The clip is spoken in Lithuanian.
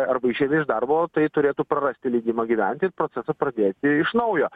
arba išeina iš darbo tai turėtų prarasti leidimą gyventi ir procesą pradėti iš naujo